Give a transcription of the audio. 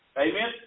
Amen